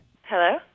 Hello